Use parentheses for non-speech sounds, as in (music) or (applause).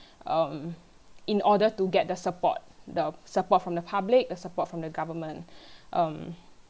(breath) um in order to get the support the support from the public the support from the government (breath) um